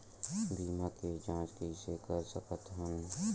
बीमा के जांच कइसे कर सकत हन?